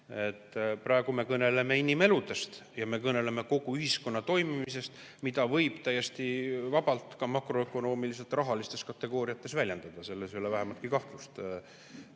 Praegu me kõneleme inimeludest ja me kõneleme kogu ühiskonna toimimisest, mida võib täiesti vabalt ka makroökonoomiliselt rahalistes kategooriates väljendada. Selles ei ole vähimatki kahtlust.